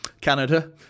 Canada